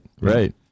Right